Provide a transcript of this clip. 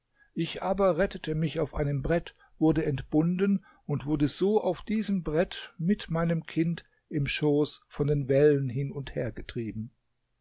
ich aber rettete mich auf einem brett wurde entbunden und wurde so auf diesem brett mit meinem kind im schoß von den wellen hin und her getrieben